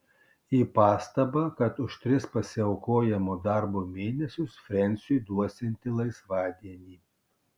į pastabą kad už tris pasiaukojamo darbo mėnesius frensiui duosianti laisvadienį